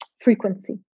frequency